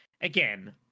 again